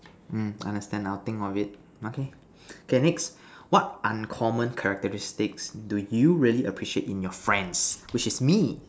hmm understand I will think of it okay K next what uncommon characteristics do you really appreciate in your friends which is me